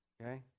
Okay